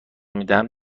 میدهم